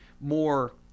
more